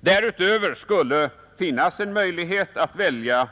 Därutöver skulle finnas en möjlighet att välja